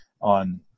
on